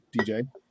DJ